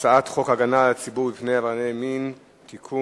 הצעת חוק הגנה על הציבור מפני עברייני מין (תיקון),